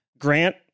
Grant